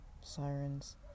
sirens